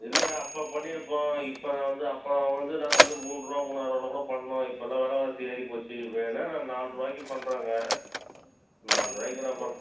இல்லைங்க அப்போ பண்ணிருப்போம் இப்போ நான் வந்து அப்போ நான் வந்து நாங்கள் வந்து மூண்ரூவா மூணாறுவாவில கூட பண்ணோம் இப்போல்லாம் விலவாசி ஏறிப்போச்சு வேணா நான் நால்ரூவாய்க்கு பண்ணுறங்க நால்ரூவாய்க்கு நான்